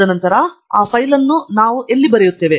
ತದನಂತರ ಆ ಫೈಲ್ ಅನ್ನು ನಾವು ಎಲ್ಲಿ ಬರೆಯುತ್ತೇವೆ